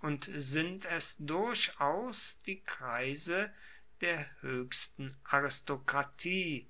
und sind es durchaus die kreise der hoechsten aristokratie